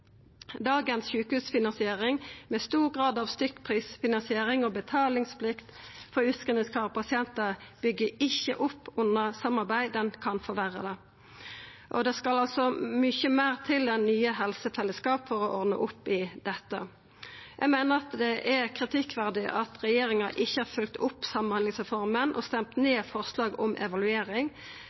Dagens sjukehusfinansiering med stor grad av stykkprisfinansiering og betalingsplikt på utskrivingsklare pasientar byggjer ikkje opp under samarbeid, men kan forverra det. Det skal altså mykje meir til enn nye helsefellesskap for å ordna opp i dette. Eg meiner det er kritikkverdig at regjeringa ikkje har følgt opp samhandlingsreforma og har stemt ned forslag om evaluering.